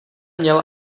měl